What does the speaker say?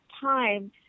time